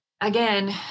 again